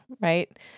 right